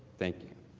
thank you.